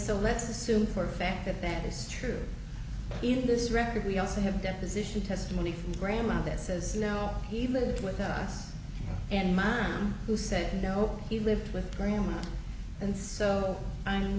so let's assume for a fact that that is true in this record we also have deposition testimony from grandma that says no even with us and my mom who said no he lived with grandma and so i'm